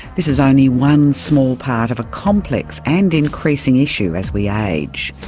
this is only one small part of a complex and increasing issue as we age.